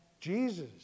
Jesus